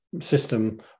system